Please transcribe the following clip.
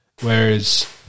Whereas